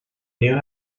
knew